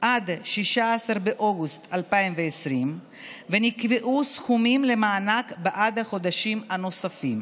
עד 16 באוגוסט 2020 ונקבעו סכומים למענק בעד החודשים הנוספים,